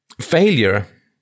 failure